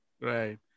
right